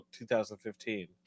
2015